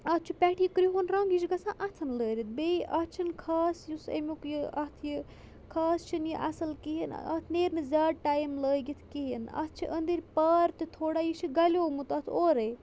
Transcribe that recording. اَتھ چھُ پٮ۪ٹھ یہِ کِرٛہُن رَنٛگ یہِ چھُ گَژھان اَتھَن لٲرِتھ بیٚیہِ اَتھ چھِنہٕ خاص یُس اَمیُک یہِ اَتھ یہِ خاص چھُنہٕ یہِ اَصٕل کِہیٖنۍ اَتھ نیرِ نہٕ زیادٕ ٹایِم لٲگِتھ کِہیٖنۍ اَتھ چھِ أنٛدرۍ پار تہِ تھوڑا یہِ چھُ گَلیومُت اَتھ اورَے